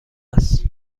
است